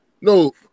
No